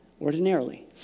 ordinarily